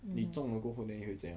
mmhmm